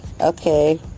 okay